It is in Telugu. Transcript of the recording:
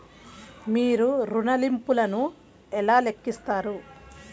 మీరు ఋణ ల్లింపులను ఎలా లెక్కిస్తారు?